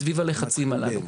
סביב הלחצים הללו.